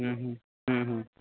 হুম হুম হুম হুম